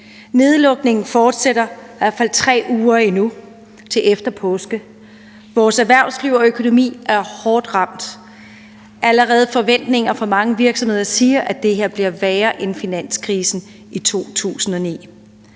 Nedlukningen fortsætter i hvert fald 3 uger endnu, til efter påske. Vores erhvervsliv og økonomi er hårdt ramt. Mange virksomheder siger allerede, at de forventer, at det her bliver værre end finanskrisen i 2009.